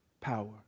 power